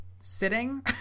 sitting